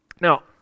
Now